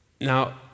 Now